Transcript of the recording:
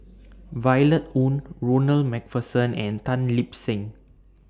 Violet Oon Ronald MacPherson and Tan Lip Seng